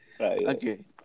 Okay